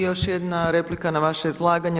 Još jedna replika na vaše izlaganje.